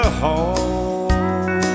home